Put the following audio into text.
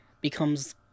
becomes